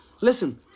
listen